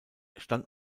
stand